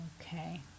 okay